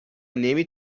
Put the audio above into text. نمی